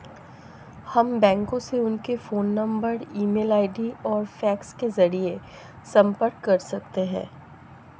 हम बैंकों से उनके phone number email ID और फैक्स के जरिए संपर्क कर सकते हैं